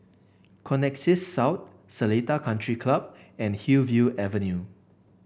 Connexis South Seletar Country Club and Hillview Avenue